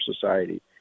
society